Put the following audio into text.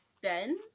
ben